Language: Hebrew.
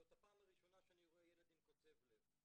זאת הפעם הראשונה שאני רואה ילד עם קוצב לב,